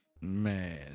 Man